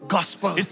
Gospel